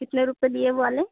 कितने रुपये दिए वह वाले